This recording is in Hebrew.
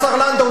השר לנדאו,